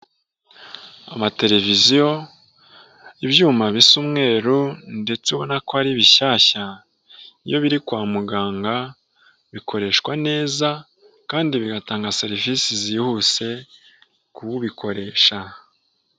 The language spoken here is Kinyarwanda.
Amateleviziyo, ibyuma bisa umweru ndetse ubona ko ari bishyashya. Iyo biri kwa muganga, bikoreshwa neza kandi bigatanga serivisi zihuse k'ubikoresha.